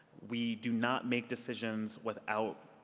we do not make decisions without